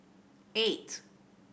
eight